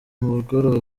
umugoroba